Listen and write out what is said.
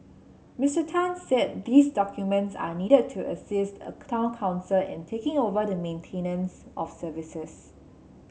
Mister Tan said these documents are needed to assist a town council in taking over the maintenance of services